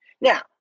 Now